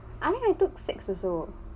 I think I took six also